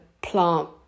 plant